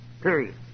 Period